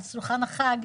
על שולחן החג,